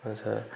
ଆଚ୍ଛା